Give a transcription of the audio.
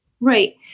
Right